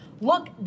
look